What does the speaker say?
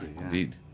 indeed